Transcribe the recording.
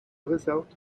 result